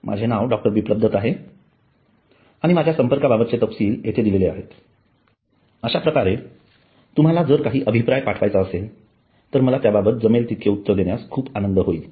माझे नाव डॉ बिप्लब दत्त आहे आणि माझ्या संपर्काबाबतचे तपशील येथे दिले आहेत अश्याप्रकारे तुम्हाला जर काही अभिप्राय पाठवायचा असेल तर मला त्याबाबत जमेल तितके उत्तर देण्यास खूप आनंद होईल